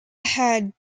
had